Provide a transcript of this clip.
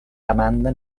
demanda